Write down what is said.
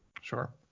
sure